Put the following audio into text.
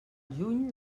juny